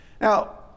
Now